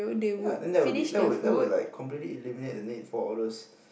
ya then that will be that that will like completely eliminate the need for all those